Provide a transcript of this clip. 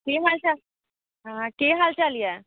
की हाल चाल की हाल चाल यऽ